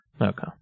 okay